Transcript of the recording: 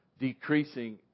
decreasing